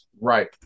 Right